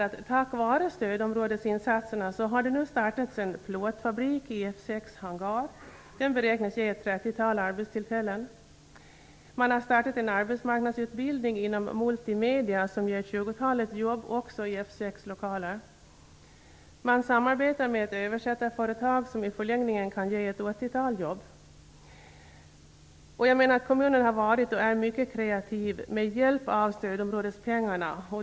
Tack vare stödområdesinsatserna har det nu startats en plåtfabrik i F 6 hangar, som beräknas ge ett trettiotal arbetstillfällen. Man har startat en arbetsmarknadsutbildning inom multi-media som ger tjugotalet jobb i F 6 lokaler. Man samarbetar med ett översättarföretag, vilket i förlängningen kan ge ett åttiotal jobb. Kommunen har varit och är mycket kreativ med hjälp av stödområdespengarna.